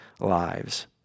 lives